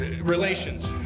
Relations